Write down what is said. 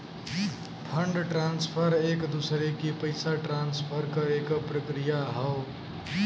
fund transfer एक दूसरे के पइसा ट्रांसफर करे क प्रक्रिया हौ